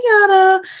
yada